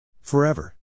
Forever